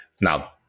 Now